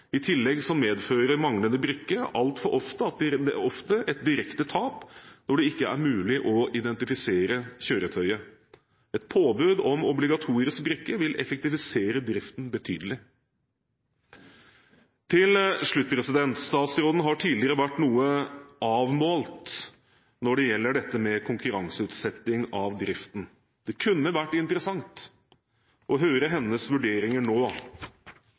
I tillegg medfører manglende brikke altfor ofte et direkte tap når det ikke er mulig å identifisere kjøretøyet. Et påbud om obligatorisk brikke vil effektivisere driften betydelig. Til slutt: Statsråden har tidligere vært noe avmålt når det gjelder dette med konkurranseutsetting av driften. Det kunne vært interessant å høre hennes vurderinger nå.